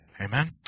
Amen